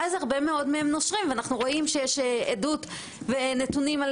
ואז הרבה מאוד מהם נושרים ואנחנו רואים שיש עדות ונתונים על